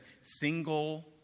single